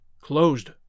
closed